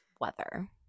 weather